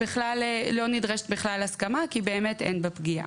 לא נדרשת בכלל הסכמה כי אין בה פגיעה.